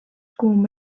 kuum